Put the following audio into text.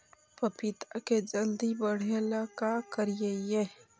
पपिता के जल्दी बढ़े ल का करिअई?